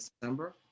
December